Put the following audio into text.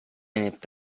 abbastanza